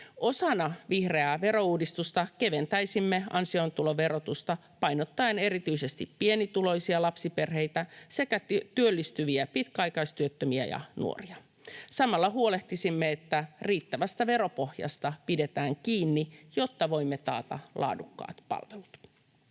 Osana vihreää verouudistusta keventäisimme ansiotuloverotusta painottaen erityisesti pienituloisia lapsiperheitä sekä työllistyviä pitkäaikaistyöttömiä ja nuoria. Samalla huolehtisimme, että riittävästä veropohjasta pidetään kiinni, jotta voimme taata laadukkaat palvelut.